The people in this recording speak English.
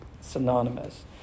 synonymous